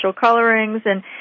colorings—and